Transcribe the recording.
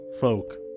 folk